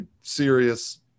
serious